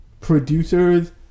producers